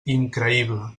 increïble